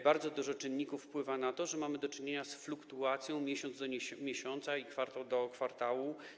Bardzo dużo czynników wpływa na to, że mamy do czynienia z fluktuacją miesiąc do miesiąca, kwartał do kwartału.